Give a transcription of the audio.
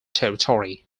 territory